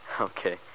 Okay